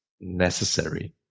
necessary